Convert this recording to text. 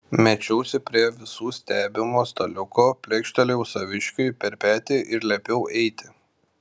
mečiausi prie visų stebimo staliuko plekštelėjau saviškiui per petį ir liepiau eiti